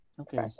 Okay